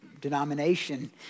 denomination